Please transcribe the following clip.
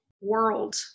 world